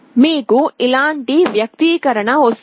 మీకు ఇలాంటి వ్యక్తీకరణ వస్తుంది